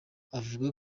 avuga